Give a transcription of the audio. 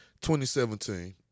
2017